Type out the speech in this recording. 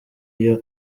iyo